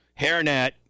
Hairnet